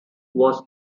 was